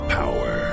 power